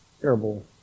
terrible